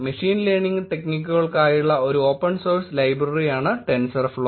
machine learning ടെക്നിക്കുകൾക്കായുള്ള ഒരു open source ലൈബ്രറിയാണ് ടെൻസർഫ്ലോ